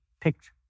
picked